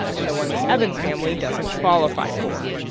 and the one the evans family doesn't qualify for.